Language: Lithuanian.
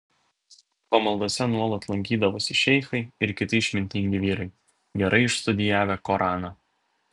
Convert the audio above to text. pamaldose nuolat lankydavosi šeichai ir kiti išmintingi vyrai gerai išstudijavę koraną